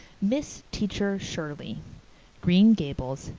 miss teacher shirley green gabels.